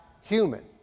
human